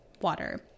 water